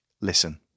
listen